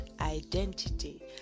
identity